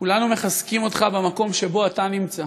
כולנו מחזקים אותך במקום שבו אתה נמצא.